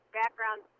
background